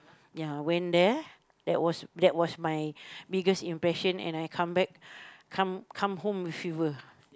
ya went there that was that was my biggest impression and I come back come come home with fever